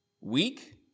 weak